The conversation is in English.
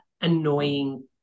annoying